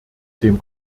dem